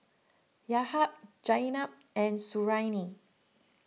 Yahya Zaynab and Suriani